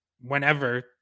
whenever